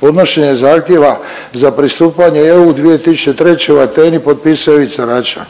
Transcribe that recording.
Podnošenje zahtjeva za pristupanje EU 2003. u Ateni potpisao je Ivica Račan.